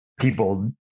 people